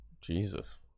Jesus